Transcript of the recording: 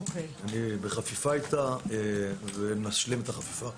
אני בחפיפה איתה ונשלים את החפיפה.